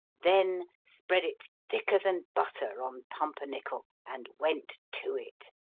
then spread it thicker than butter on pumpernickel and went to it.